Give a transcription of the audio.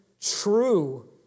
true